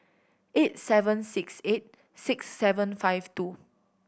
eight seven six eight six seven five two